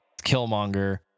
Killmonger